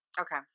Okay